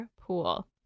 pool